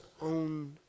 own